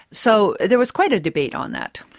so, there was quite a debate on that.